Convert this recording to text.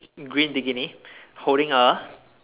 green bikini holding a